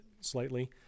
slightly